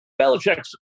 Belichick's